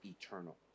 eternal